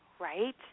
right